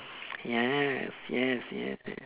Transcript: yes yes yes yes